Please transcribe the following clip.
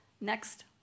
next